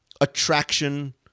attraction